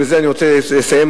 ובזה אני רוצה לסיים,